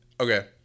Okay